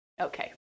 Okay